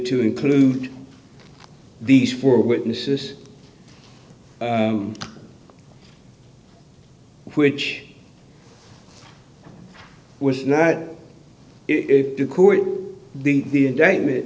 to include these four witnesses which was not if the the indictment